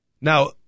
now